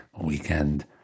weekend